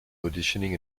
auditioning